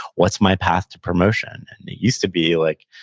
what's my path to promotion? and it used to be, like,